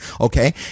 okay